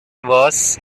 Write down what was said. verse